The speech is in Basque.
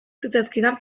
zitzaizkidan